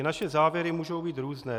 Naše závěry můžou být různé.